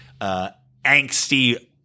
angsty